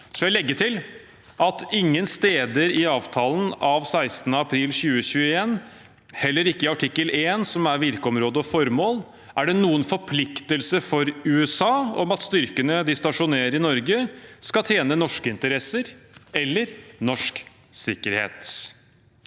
vil legge til at ingen steder i avtalen av 16. april 2021, heller ikke i artikkel I, som er Virkeområde og formål, er det noen forpliktelse for USA om at styrkene de stasjonerer i Norge, skal tjene norske interesser eller norsk sikkerhet.